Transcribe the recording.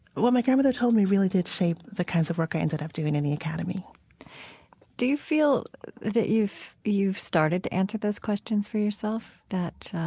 what my grandmother told me really did shape the kinds of work i ended up doing in the academy do you feel that you've you've started to answer those questions for yourself, that